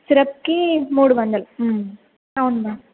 సిరప్కి మూడు వందలు అవును మ్యామ్